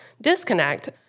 disconnect